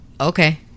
Okay